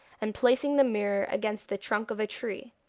and placing the mirror against the trunk of a tree.